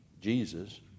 Jesus